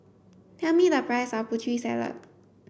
tell me the price of Putri Salad